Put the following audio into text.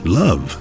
love